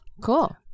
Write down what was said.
Cool